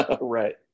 Right